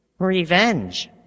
Revenge